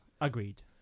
Agreed